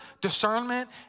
discernment